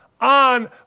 on